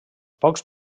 pocs